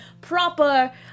proper